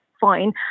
Fine